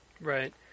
Right